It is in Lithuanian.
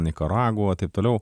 nikaragva taip toliau